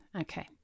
okay